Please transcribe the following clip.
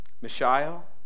Mishael